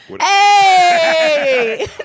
Hey